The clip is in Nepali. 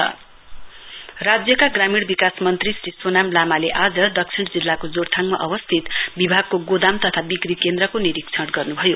आरडीडी मिनिसटर राज्यका ग्रामीण विकास मन्त्री श्री सोनाम लामाले आज दक्षिण जिल्लाको जोरथाङमा अवस्थित विभागको गोदाम तथा बिक्री केन्द्रको निरीक्षण गर्नुभयो